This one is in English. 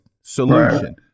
solution